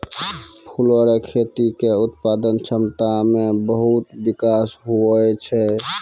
फूलो रो खेती के उत्पादन क्षमता मे बहुत बिकास हुवै छै